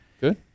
good